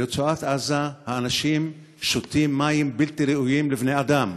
ברצועת עזה אנשים שותים מים בלתי ראויים לבני אדם.